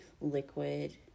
liquid